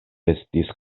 estis